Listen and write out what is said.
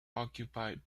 occupied